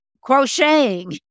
crocheting